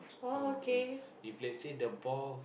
orh if if let's say the ball